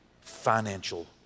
financial